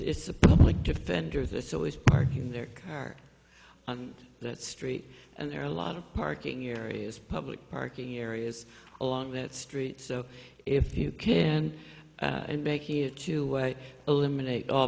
it's a public defender that's always parking their car on the street and there are a lot of parking areas public parking areas along that street so if you can and making it to eliminate all